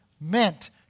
meant